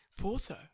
Porto